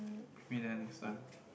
bring me there next time